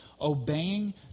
Obeying